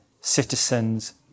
citizens